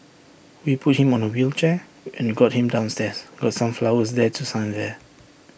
we put him on A wheelchair and got him downstairs got some flowers there to sign there